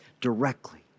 directly